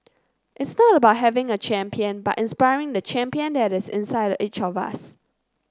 it's not about having a champion but inspiring the champion that is inside each of us